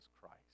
Christ